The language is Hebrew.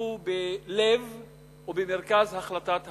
עמדו בלב או במרכז החלטת בג"ץ.